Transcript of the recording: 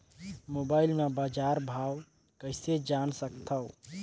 Mobile म बजार भाव कइसे जान सकथव?